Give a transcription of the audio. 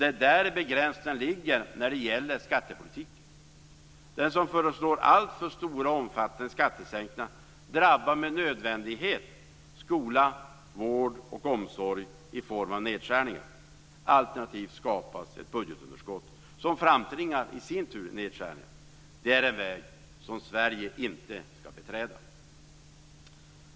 Det är där begränsningen ligger när det gäller skattepolitiken. Alltför omfattande skattesänkningar drabbar med nödvändighet skola, vård och omsorg i form av nedskärningar - alternativt skapas ett budgetunderskott, som i sin tur framtvingar nedskärningar. Det är en väg som Sverige inte skall beträda.